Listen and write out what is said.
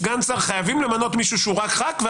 סגן שר חייבים למנות מישהו שהוא רק חבר כנסת,